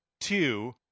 Two